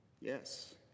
Yes